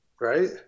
right